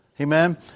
Amen